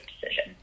decision